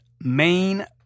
main